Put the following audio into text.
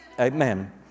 Amen